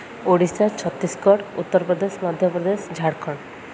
Odisha Chhattisgarh Uttar Pradesh Madhya Pradesh Jharkhand